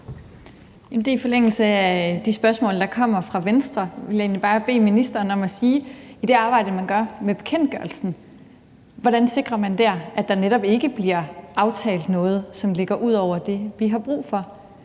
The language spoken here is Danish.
(RV): I forlængelse af de spørgsmål, der kommer fra Venstre, vil jeg egentlig bare i forhold til det arbejde, man gør med bekendtgørelsen, bede ministeren om at svare på: Hvordan sikrer man dér, at der netop ikke bliver aftalt noget, som ligger ud over det, vi har brug for?